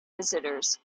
visitors